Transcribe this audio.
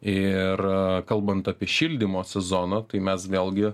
ir kalbant apie šildymo sezoną tai mes vėlgi